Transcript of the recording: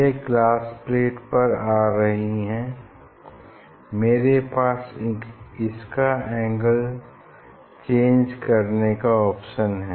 यह glass plate पर आ रही हैं मेरे पास इसका एंगल चेंज करने का ऑप्शन है